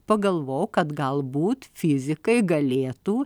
pagalvojau kad galbūt fizikai galėtų